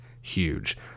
huge